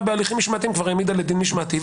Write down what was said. בהליכים משמעתיים כבר העמידה לדין משמעתי,